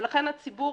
לכן הציבור